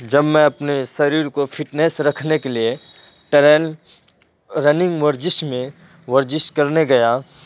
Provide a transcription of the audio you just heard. جب میں اپنے شریر کو فٹنس رکھنے کے لیے ٹریل رننگ ورزش میں ورزش کرنے گیا